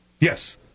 Yes